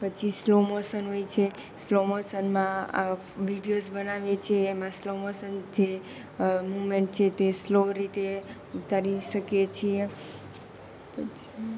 પછી slow motion હોય છે સ્લો મોશનમાં વિડીઓઝ બનાવીએ છીએ એમાં સ્લો મોસન જે મુમેંટ જે તે સ્લો રીતે ઉતારી શકીએ છીએ પછી